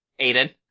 Aiden